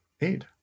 eight